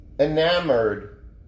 enamored